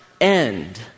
end